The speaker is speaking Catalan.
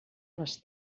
les